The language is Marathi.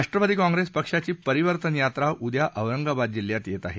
राष्ट्रवादी काँप्रेस पक्षाची परिवर्तन यात्रा उद्या औरंगाबाद जिल्ह्यात येत आहे